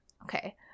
okay